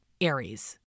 Aries